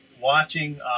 watching